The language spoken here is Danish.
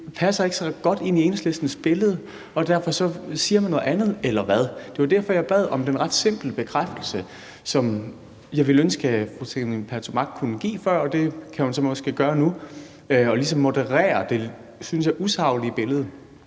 passer ikke så godt ind i Enhedslistens billede, og derfor siger man noget andet. Eller hvad? Det var derfor, jeg bad om en ret simpel bekræftelse, som jeg ville ønske fru Trine Pertou Mach havde givet før, men det kan hun måske så gøre nu og ligesom moderere det lidt, synes jeg, usaglige billede,